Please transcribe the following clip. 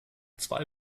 zwei